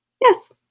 Yes